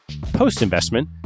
Post-investment